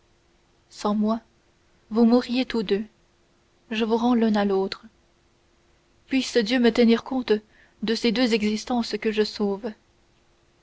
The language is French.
sans moi vous mourriez tous deux je vous rends l'un à l'autre puisse dieu me tenir compte de ces deux existences que je sauve